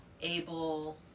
able